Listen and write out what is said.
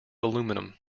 aluminium